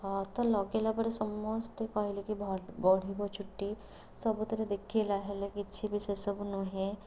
ଅ ତ ଲଗାଇଲାପରେ ସମସ୍ତେ କହିଲେକି ବଢ଼ିବ ଚୁଟି ସବୁଥିରେ ଦେଖେଇଲା ହେଲେ କିଛି ବି ସେସବୁ ନୁହେଁ